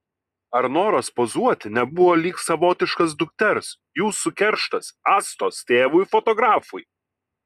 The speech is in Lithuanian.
ar noras pozuoti nebuvo lyg savotiškas dukters jūsų kerštas astos tėvui fotografui